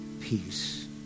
peace